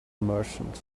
merchant